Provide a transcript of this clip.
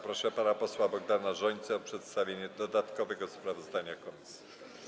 Proszę pana posła Bogdana Rzońcę o przedstawienie dodatkowego sprawozdania komisji.